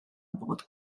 both